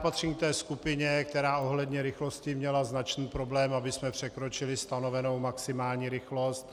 Patřím k té skupině, která ohledně rychlosti měla značný problém, abychom překročili stanovenou maximální rychlost.